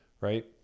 right